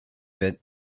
bit